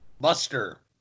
Buster